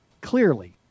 clearly